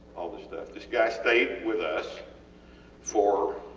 all the stuff. this guy stayed with us for